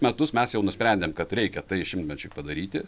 metus mes jau nusprendėm kad reikia tai šimtmečiui padaryti